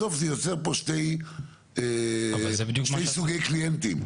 בסוף זה יוצר פה שני סוגי קליינטים,